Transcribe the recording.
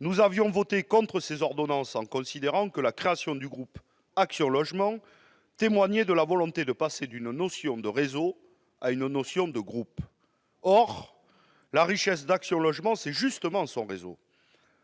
Nous avions voté contre ces ordonnances, considérant que la création du groupe Action Logement témoignait de la volonté de passer d'une notion de réseau à une notion de groupe. Or la richesse d'Action Logement, c'est justement son réseau.